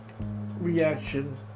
reaction